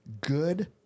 good